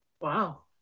wow